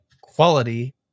quality